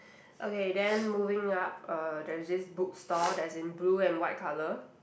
okay then moving up uh there's this bookstore that's in blue and white colour